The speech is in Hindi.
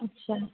अच्छा